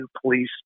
police